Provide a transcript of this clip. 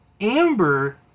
Amber